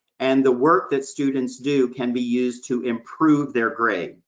and the work that students do can be used to improve their grade.